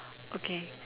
okay